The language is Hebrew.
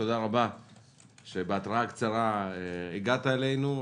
תודה רבה שבהתראה קצרה הגעת אלינו.